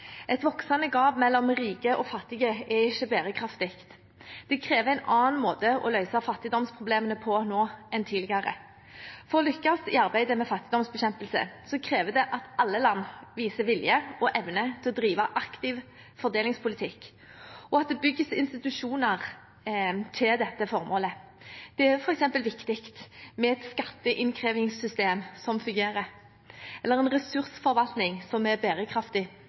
Et voksende gap mellom rike og fattige er ikke bærekraftig. Det kreves en annen måte å løse fattigdomsproblemene på nå enn tidligere. For å lykkes i arbeidet med fattigdomsbekjempelse kreves det at alle land viser vilje og evne til å drive aktiv fordelingspolitikk, og at det bygges institusjoner til dette formålet. Det er f.eks. viktig med et skatteinnkrevingssystem som fungerer, en ressursforvaltning som er bærekraftig,